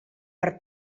per